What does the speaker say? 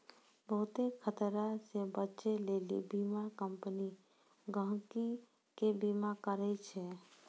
बहुते खतरा से बचै लेली बीमा कम्पनी गहकि के बीमा करै छै